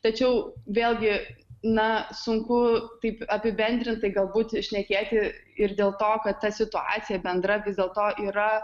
tačiau vėlgi na sunku taip apibendrintai galbūt šnekėti ir dėl to kad ta situacija bendra vis dėlto yra